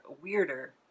weirder